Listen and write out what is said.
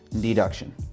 deduction